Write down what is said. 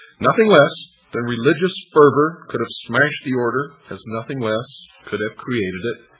nothing less than religious fervor could have smashed the order as nothing less could have created it.